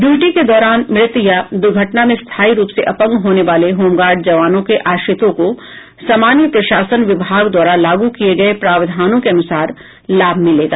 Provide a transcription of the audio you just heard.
duty के दौरान मृत या दूर्घटना में स्थाई रूप से अपंग होने वाले होमगार्ड जवानों के आश्रितों को सामान्य प्रशासन विभाग द्वारा लागू किये गये प्रावधानों के अनुसार लाभ मिलेगा